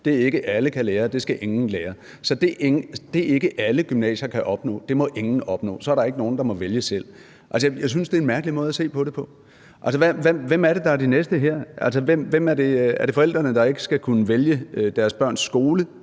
Det, ikke alle kan lære, skal ingen lære. Så det, ikke alle gymnasier kan opnå, må ingen opnå. Så er der ikke nogen, der må vælge selv. Altså, jeg synes, det er en mærkelig måde at se på det på. Altså, hvem er det, der er de næste her? Er det forældrene, der ikke skal kunne vælge deres børns skole